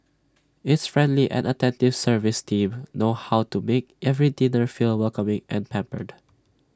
its friendly and attentive service team know how to make every diner feel welcoming and pampered